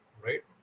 right